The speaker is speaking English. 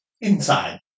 inside